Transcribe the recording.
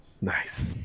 Nice